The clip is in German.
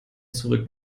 zurück